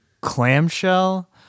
clamshell